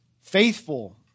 faithful